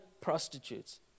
prostitutes